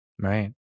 Right